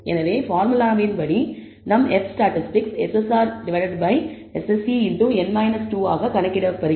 எனவே பார்முலாவின் படி நம் F statistic SSRSSE x n 2 ஆக கணக்கிடப்படுகிறது